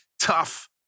tough